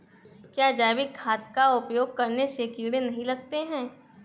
क्या जैविक खाद का उपयोग करने से कीड़े नहीं लगते हैं?